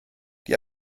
die